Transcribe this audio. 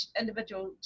individual